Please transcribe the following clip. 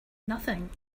nothing